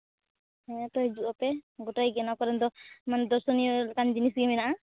ᱦᱮᱸᱛᱚ ᱦᱤᱡᱩᱜᱼᱟ ᱯᱮ ᱜᱚᱴᱟᱭ ᱜᱮ ᱱᱚᱣᱟ ᱠᱚᱨᱮᱱ ᱫᱚ ᱢᱟᱱᱮ ᱫᱚᱨᱥᱚᱱᱤᱭᱚ ᱞᱮᱠᱟᱱ ᱡᱤᱱᱤᱥ ᱜᱮ ᱢᱮᱱᱟᱜᱼᱟ